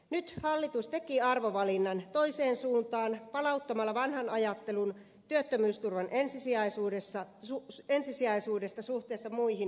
nyt hallitus teki arvovalinnan toiseen suuntaan palauttamalla vanhan ajattelun työttömyysturvan ensisijaisuudesta suhteessa muihin alimpiin päivärahoihin